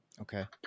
okay